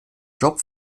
job